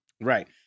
Right